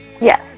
Yes